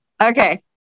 Okay